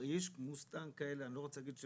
אנחנו נשמח לקבל את הקישור ואנחנו נכניס את זה